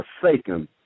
forsaken